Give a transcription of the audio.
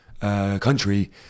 Country